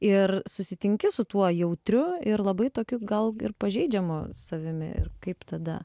ir susitinki su tuo jautriu ir labai tokiu gal ir pažeidžiamu savimi ir kaip tada